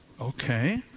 Okay